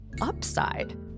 upside